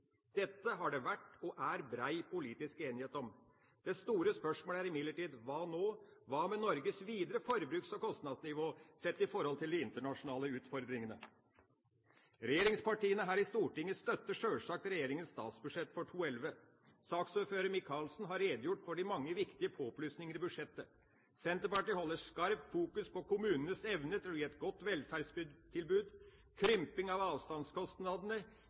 Dette har det vært, og er, bred politisk enighet om. Det store spørsmålet er imidlertid: Hva nå? Hva med Norges videre forbruks- og kostnadsnivå sett i forhold til de internasjonale utfordringene? Regjeringspartiene her i Stortinget støtter sjølsagt regjeringas statsbudsjett for 2011. Saksordfører Micaelsen har redegjort for de mange viktige påplusninger i budsjettet. Senterpartiet holder skarpt fokus på kommunenes evne til å gi et godt velferdstilbud, krymping av avstandskostnadene